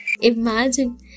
Imagine